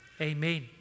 Amen